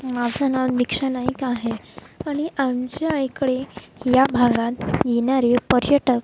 माझं नाव दीक्षा नाईक आहे आणि आमच्या इकडे या भागात येणारे पर्यटक